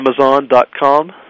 Amazon.com